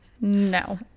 No